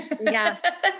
Yes